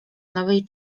nowej